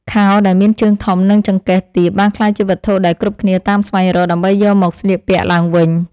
ខោដែលមានជើងធំ និងចង្កេះទាបបានក្លាយជាវត្ថុដែលគ្រប់គ្នាតាមស្វែងរក ដើម្បីយកមកស្លៀកពាក់ឡើងវិញ។